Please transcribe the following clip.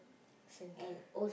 Central